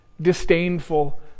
disdainful